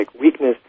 weakness